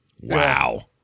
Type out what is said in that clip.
Wow